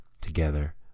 Together